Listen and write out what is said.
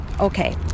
Okay